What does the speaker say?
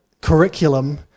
curriculum